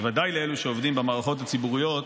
בוודאי לאלה שעובדים במערכות הציבוריות,